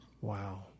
Wow